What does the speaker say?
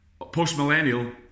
post-millennial